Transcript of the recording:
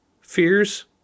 fears